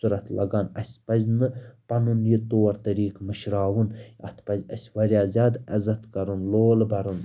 ضوٚرَتھ لَگان اَسہِ پَزِ نہٕ پَنُن یہِ طور طریٖقہٕ مٔشراوُن اَتھ پَزِ اَسہِ واریاہ زیادٕ عزت کَرُن لول بَرُن